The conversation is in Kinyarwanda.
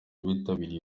bitabiriye